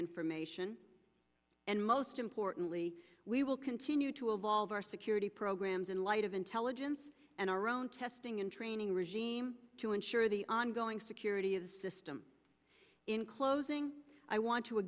information and most importantly we will continue to evolve our security programs in light of intelligence and our own testing and training regime to ensure the ongoing security of the system in closing i want to